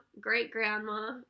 great-grandma